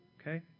Okay